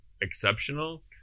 exceptional